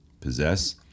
possess